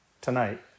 tonight